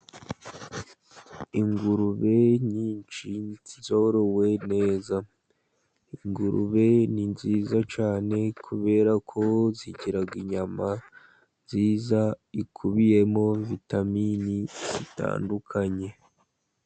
Ingurube nyinshi zorowe neza. Ingurube ni nziza cyane kubera ko zigira inyama nziza, zikubiyemo vitaminini zitandukanye.